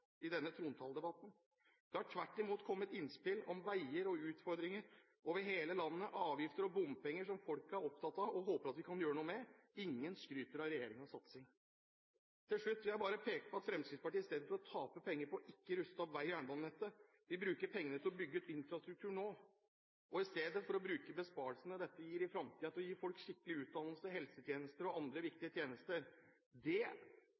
i denne trontaledebatten. Det har tvert imot kommet innspill om veier og utfordringer over hele landet, avgifter og bompenger, som folk er opptatt av og håper at vi kan gjøre noe med. Ingen skryter av regjeringens satsing. Til slutt vil jeg bare peke på at i stedet for å tape penger på ikke å ruste opp vei- og jernbanenettet, vil Fremskrittspartiet bruke pengene til å bygge ut infrastrukturen nå, og bruke besparelsene dette gir i fremtiden, til å gi folk skikkelig utdannelse, helsetjenester og andre viktige tjenester. Det